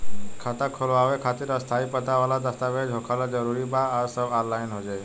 खाता खोलवावे खातिर स्थायी पता वाला दस्तावेज़ होखल जरूरी बा आ सब ऑनलाइन हो जाई?